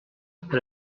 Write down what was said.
per